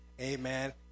Amen